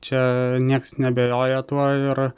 čia nieks neabejoja tuo ir